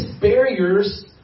barriers